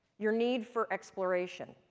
your need for exploration.